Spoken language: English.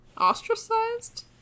ostracized